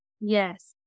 Yes